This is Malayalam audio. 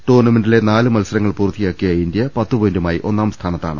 ടൂർണമെന്റിലെ നാല് മത്സരങ്ങൾ പൂർത്തിയാക്കിയ ഇന്ത്യ പത്ത്പോയിന്റുമായി ഒന്നാം സ്ഥാനത്താണ്